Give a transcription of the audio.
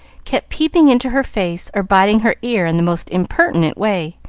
kept peeping into her face or biting her ear in the most impertinent way,